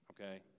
Okay